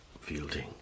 Fielding